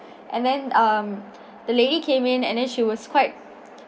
and then uh the lady came in and then she was quite